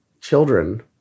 children